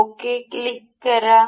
okay click करा